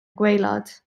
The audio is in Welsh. gwaelod